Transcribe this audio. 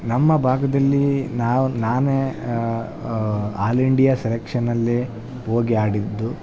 ನಮ್ಮ ಭಾಗದಲ್ಲಿ ನಾವು ನಾನೇ ಆಲ್ ಇಂಡಿಯಾ ಸೆಲೆಕ್ಶನಲ್ಲಿ ಹೋಗಿ ಆಡಿದ್ದು